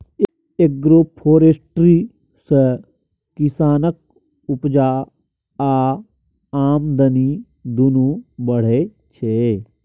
agroforestry सँ किसानक उपजा आ आमदनी दुनु बढ़य छै